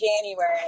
january